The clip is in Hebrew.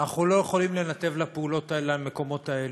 אנחנו לא יכולים לנתב למקומות האלה?